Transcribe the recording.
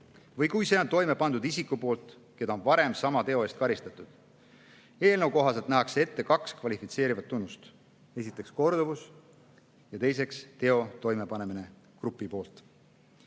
või kui see on toime pandud isiku poolt, keda on varem sama teo eest karistatud. Eelnõu kohaselt nähakse ette kaks kvalifitseerivat tunnust: 1) korduvus ja 2) teo toimepanemine grupi poolt.